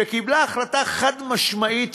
החלטה חד-משמעית,